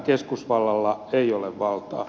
keskusvallalla ei ole valtaa